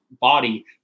body